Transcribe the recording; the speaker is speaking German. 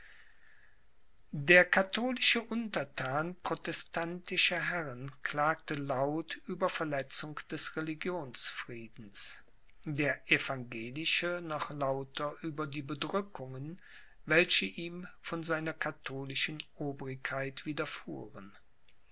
der katholische unterthan protestantischer herren klagte laut über verletzung des religionsfriedens der evangelische noch lauter über die bedrückungen welche ihm von seiner katholischen obrigkeit widerfuhren